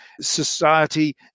society